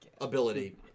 ability